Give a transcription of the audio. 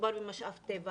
מדובר במשאב טבע.